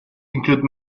include